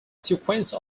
sequence